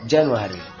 January